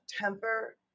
temper